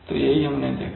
तो यही हमने देखा